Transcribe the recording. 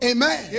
Amen